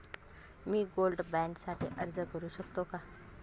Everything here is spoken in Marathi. मी गोल्ड बॉण्ड साठी अर्ज करु शकते का?